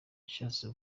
yashatse